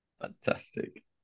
Fantastic